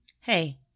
Hey